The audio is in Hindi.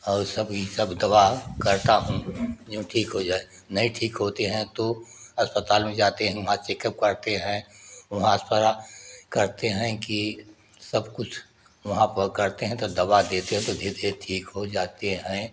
और सभी सब दवा करता हूँ जो ठीक हो जाए नहीं ठीक होते हैं तो अस्पताल में जाते हैं वहाँ चेकअप करते है वहाँ करते हैं की सब कुछ वहाँ पर करते हैं तो दवा देते है तो देते ही ठीक हो जाते हैं